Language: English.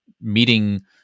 Meeting